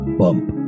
bump